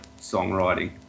songwriting